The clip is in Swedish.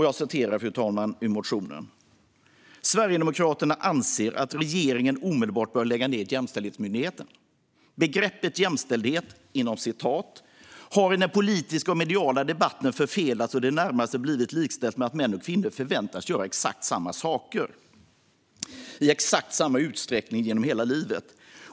Jag citerar ur motionen: "Sverigedemokraterna anser att regeringen omedelbart bör lägga ned Jämställdhetsmyndigheten. Begreppet 'jämställdhet' har i den politiska och mediala debatten förfelats och i det närmaste blivit likställt med att män och kvinnor förväntas göra exakt samma saker, i exakt samma utsträckning genom hela livet.